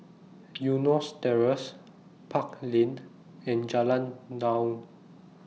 Eunos Terrace Park Lane and Jalan Naung